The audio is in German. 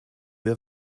wir